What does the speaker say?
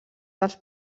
dels